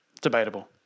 Debatable